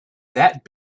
that